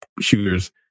shooters